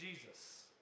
Jesus